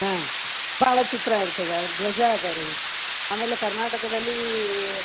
ಹಾಂ ಭಾಳ ಚಿತ್ರ ಇರ್ತದೆ ಧ್ವಜ ಅದಾ ರೀ ಆಮೇಲೆ ಕರ್ನಾಟಕದಲ್ಲಿ